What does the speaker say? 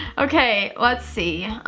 okay, let's see.